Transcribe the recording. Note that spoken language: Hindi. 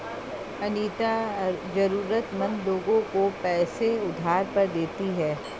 अनीता जरूरतमंद लोगों को पैसे उधार पर देती है